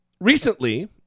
recently